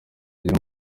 ugira